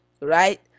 right